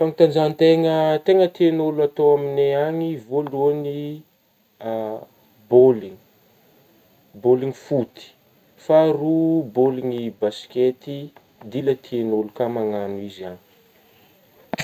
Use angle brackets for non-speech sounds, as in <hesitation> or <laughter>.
Fanatanjahategna tegna tiagny olo amignay agny voalohagny <hesitation> baoly ,baoligny foty faharoa baoligny baskety <unintelligible> tiagny olo ko managno izy agny.